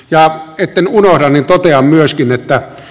ja pekka nurmi toteaa myös pimeyttä